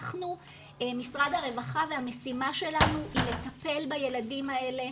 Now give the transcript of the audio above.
אנחנו במשרד הרווחה המשימה שלנו היא לטפל בילדים האלה,